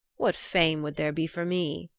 what fame would there be for me,